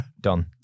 done